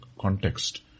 context